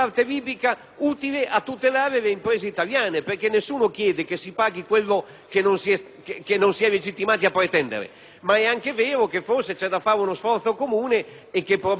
che non si è legittimati a pretendere. Ma è anche vero che forse va fatto uno sforzo comune e che probabilmente lo Stato italiano deve accompagnare le sue imprese in questo lavoro difficoltoso.